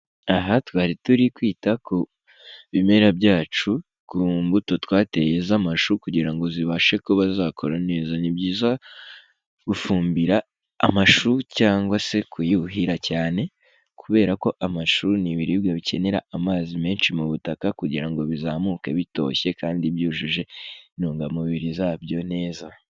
Aha twari turi kwita ku bimera byacu, ku mbuto twateye z'amashu, kugira ngo zibashe kuba zakura neza. Ni byiza gufumbira amashu cyangwa se kuyuhira cyane, kubera ko amashu ni ibiribwa bikenera amazi menshi mu butaka, kugira ngo bizamuke bitoshye kandi byujuje intungamubiri zabyo neza.